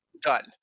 Done